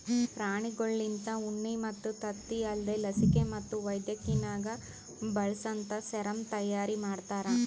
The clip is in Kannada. ಪ್ರಾಣಿಗೊಳ್ಲಿಂತ ಉಣ್ಣಿ ಮತ್ತ್ ತತ್ತಿ ಅಲ್ದೇ ಲಸಿಕೆ ಮತ್ತ್ ವೈದ್ಯಕಿನಾಗ್ ಬಳಸಂತಾ ಸೆರಮ್ ತೈಯಾರಿ ಮಾಡ್ತಾರ